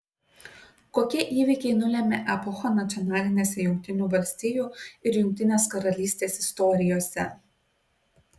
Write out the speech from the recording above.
kokie įvykiai nulėmė epochą nacionalinėse jungtinių valstijų ir jungtinės karalystės istorijose